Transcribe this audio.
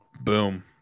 boom